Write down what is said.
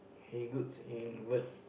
he good in word